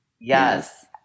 Yes